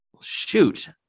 shoot